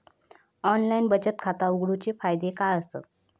Online बचत खाता उघडूचे फायदे काय आसत?